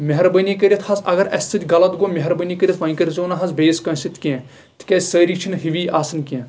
مہربٲنی کٔرِتھ حظ اَگر اَسہِ سۭتۍ غلط گوٚو مہربٲنی کٔرِتھ وۄنۍ کٔرۍ زیو نہٕ بییٚس کٲنٛسہِ سۭتۍ کیٚنٛہہ تِکیازِ سٲری چھٕ نہٕ ہِوی آسان کیٚنٛہہ